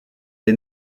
est